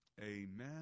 amen